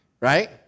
right